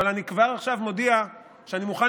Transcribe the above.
אבל אני כבר עכשיו מודיע שאני מוכן